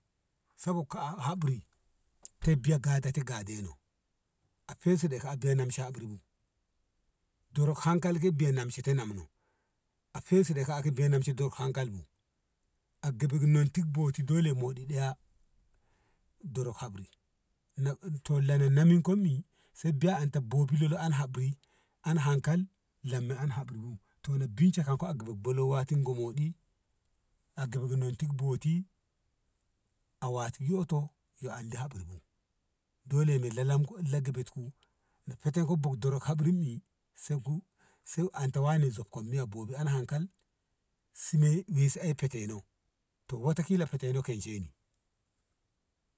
sabog ka habri gade to gade no a fesiɗe a weshi habri bu hankali ke biya nemshe to nem no a fesine ke ka wena hankali bu a gabai non boti dole moɗi daya drok habri to lalan emkom i an ta bebilo an habri a hankal lamma han habri bu to na bincika gabai bolo watin ko moɗi a gabai non ki boti a wati yoto yyo habri bu dole la gabat ku feten ko le drok ham rim i sai an ta wane zoka miya bbi an hankal sime me fete no wata kila fete ne kwan she ni.